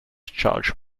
charge